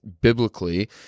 biblically